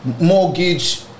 mortgage